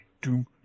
Doom